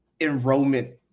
enrollment